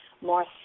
more